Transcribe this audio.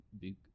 big